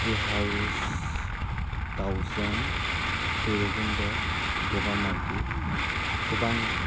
ट्रि हावस दाउजें भैरब कन्ड' बगामाथि गोबां